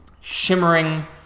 shimmering